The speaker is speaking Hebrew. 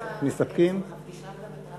אני חושב שיש כמה תיקים שנמצאים כרגע